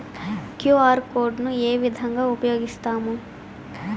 QR code ను ఏ విధంగా ఉపయగిస్తాము?